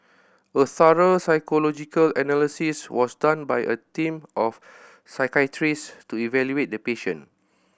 a thorough psychological analysis was done by a team of psychiatrist to evaluate the patient